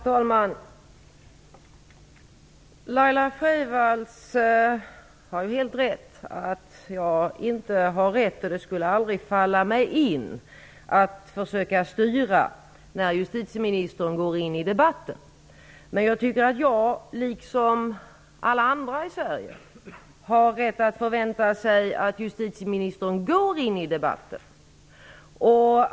Herr talman! Laila Freivalds har helt rätt i att jag inte har rätt att försöka styra när justitieministern skall gå in i debatten. Detta skulle heller aldrig falla mig in. Men jag tycker att jag, liksom alla andra i Sverige, har rätt att förvänta mig att justitieministern går in i debatten.